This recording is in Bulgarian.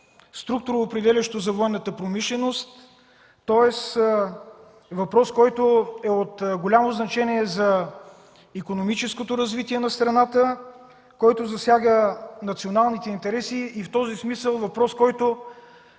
структуроопределящо за военната промишленост, тоест въпрос, който е от голямо значение за икономическото развитие на страната, който засяга националните интереси, и в този смисъл въпрос, който